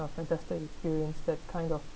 fantastic experience that kind of